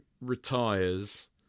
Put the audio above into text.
retires